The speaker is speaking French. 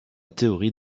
théorie